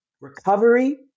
recovery